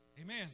Amen